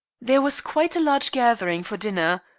there was quite a large gathering for dinner.